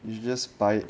you just buy